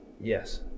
yes